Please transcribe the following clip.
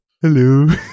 Hello